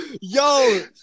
Yo